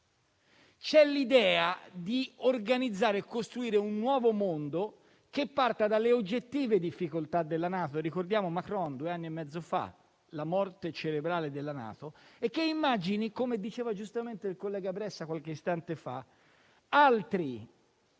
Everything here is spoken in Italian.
C'è l'idea di organizzare e costruire un nuovo mondo che parta dalle oggettive difficoltà della NATO - ricordiamo le parole di Macron, due anni e mezzo fa, sulla morte cerebrale della NATO - e che immagini, come diceva giustamente il collega Bressa qualche istante fa, altri